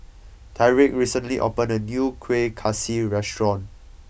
Tyreek recently opened a new Kuih Kaswi restaurant